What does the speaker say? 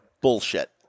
bullshit